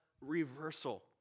reversal